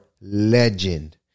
legend